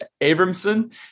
Abramson